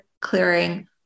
clearing